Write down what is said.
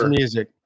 music